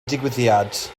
digwyddiad